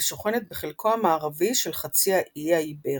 ושוכנת בחלקו המערבי של חצי האי האיברי.